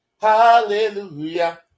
hallelujah